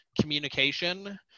communication